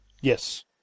Yes